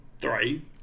three